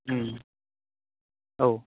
उम औ